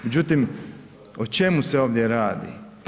Međutim, o čemu se ovdje radi?